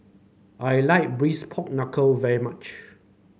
I like Braised Pork Knuckle very much